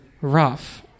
rough